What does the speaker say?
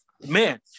man